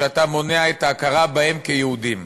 שאתה מונע את ההכרה בהם כיהודים.